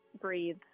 breathe